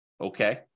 Okay